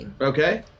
Okay